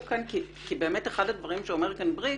כאן כי באמת אחד הדברים שאומר כאן בריק